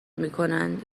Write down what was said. میکنند